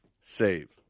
save